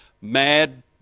mad